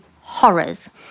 horrors